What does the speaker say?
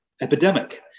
epidemic